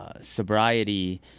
sobriety